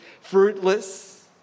fruitless